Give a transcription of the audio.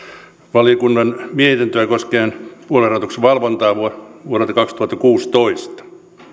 valiokunnan mietintöä koskien puoluerahoituksen valvontaa vuodelta kaksituhattakuusitoista